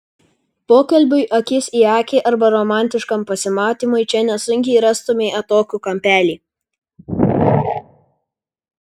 pokalbiui akis į akį arba romantiškam pasimatymui čia nesunkiai rastumei atokų kampelį